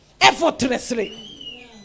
effortlessly